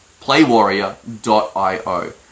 Playwarrior.io